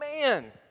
man